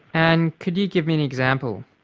and could you give me an example?